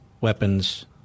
weapons